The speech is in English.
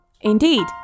Indeed